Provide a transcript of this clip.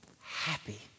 happy